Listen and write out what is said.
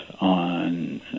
on